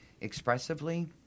expressively